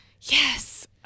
Yes